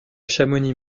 chamonix